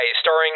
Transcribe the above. starring